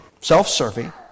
Self-serving